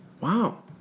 Wow